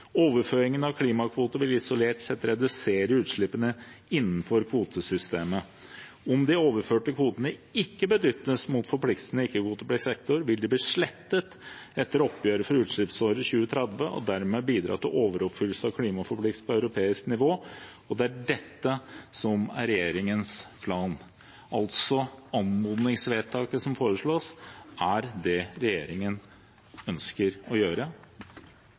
av klimakvoter vil isolert sett redusere utslippene innenfor kvotesystemet. Om de overførte kvotene ikke benyttes mot forpliktende ikke-kvotepliktig sektor, vil de bli slettet etter oppgjøret for utslippsåret 2030 og dermed bidra til overoppfyllelse av klimaforpliktelsene på europeisk nivå. Det er dette som er regjeringens plan. Altså: Anmodningsvedtaket som foreslås, er det regjeringen ønsker å gjøre.